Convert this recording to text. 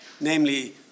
Namely